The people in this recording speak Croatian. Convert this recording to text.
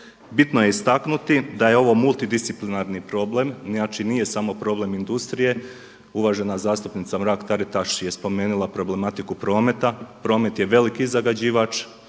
Bitno je istaknuti da je ovo multidisciplinarni problem, nije samo problem industrije. Uvažena zastupnica Mrak Taritaš je spomenula problematiku prometa. Promet je veliki zagađivač,